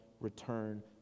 return